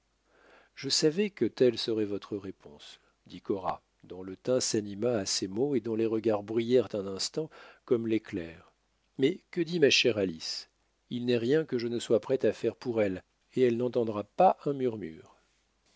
je savais que telle serait votre réponse dit cora dont le teint s'anima à ces mots et dont les regards brillèrent un instant comme l'éclair mais que dit ma chère alice il n'est rien que je ne sois prête à faire pour elle et elle n'entendra pas un murmure